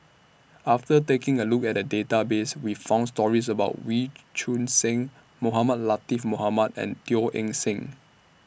after taking A Look At The Database We found stories about Wee Choon Seng Mohamed Latiff Mohamed and Teo Eng Seng